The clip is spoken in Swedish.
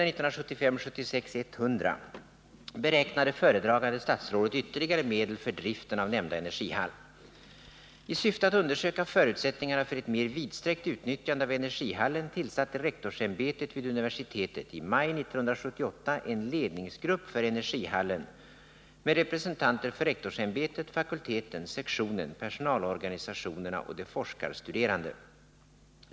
I syfte att undersöka förutsättningarna för ett mer vidsträckt utnyttjande av energihallen tillsatte rektorsämbetet vid universitetet i maj 1978 en ledningsgrupp för energihallen med representanter för rektorsämbetet, fakulteten, sektionen, personalorganisationerna och de forskarstuderande.